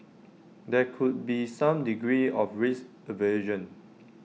there could be some degree of risk aversion